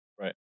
Right